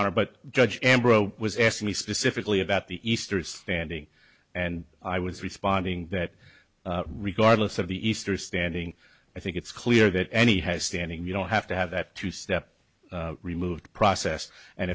honor but judge was asking me specifically about the easter standing and i was responding that regardless of the easter standing i think it's clear that any has standing you don't have to have that two step removed process and